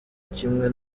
kimwe